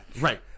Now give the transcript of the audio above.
Right